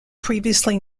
previously